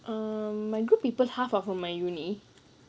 err my group people half are from my university